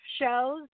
shows